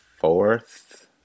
fourth